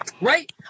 right